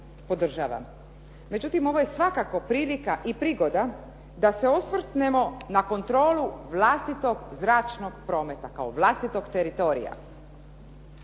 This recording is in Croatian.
Međutim, ovo je svakako prilika i prigoda da se osvrnemo na kontrolu vlastitog zračnog prometa kao vlastitog teritorija.